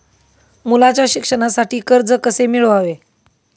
मुलाच्या शिक्षणासाठी कर्ज कसे मिळवावे?